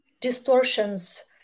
distortions